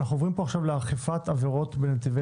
אנחנו עוברים פה לאכיפת עבירות בנתיבי